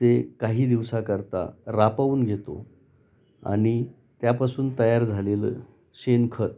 ते काही दिवसाकरता राबवून घेतो आणि त्यापासून तयार झालेलं शेणखत